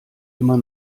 immer